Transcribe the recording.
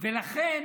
לכן